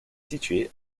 situé